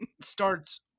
starts